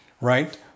right